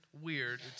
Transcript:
Weird